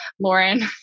Lauren